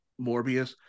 morbius